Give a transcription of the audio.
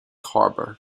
harbour